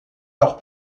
leurs